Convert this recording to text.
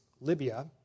Libya